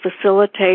facilitate